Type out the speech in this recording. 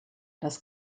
das